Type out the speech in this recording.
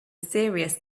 serious